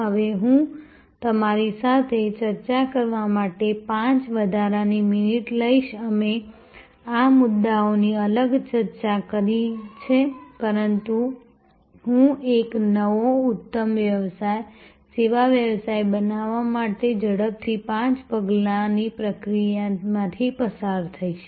હવે હું તમારી સાથે ચર્ચા કરવા માટે 5 વધારાની મિનિટ લઈશ અમે આ મુદ્દાઓની અલગથી ચર્ચા કરી છે પરંતુ હું એક નવો ઉત્તમ સેવા વ્યવસાય બનાવવા માટે ઝડપથી પાંચ પગલાની પ્રક્રિયામાંથી પસાર થઈશ